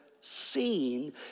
seen